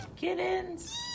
Kittens